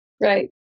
Right